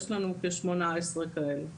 יש לנו כ-18 כאלה.